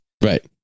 right